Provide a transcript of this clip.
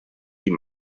die